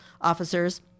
officers